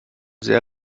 sehr